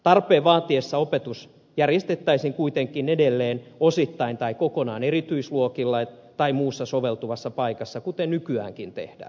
tarpeen vaatiessa opetus järjestettäisiin kuitenkin edelleen osittain tai kokonaan erityisluokilla tai muussa soveltuvassa paikassa kuten nykyäänkin tehdään